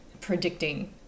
predicting